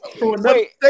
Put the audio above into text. wait